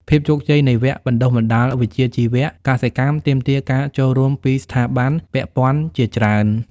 ភាពជោគជ័យនៃវគ្គបណ្តុះបណ្តាលវិជ្ជាជីវៈកសិកម្មទាមទារការចូលរួមពីស្ថាប័នពាក់ព័ន្ធជាច្រើន។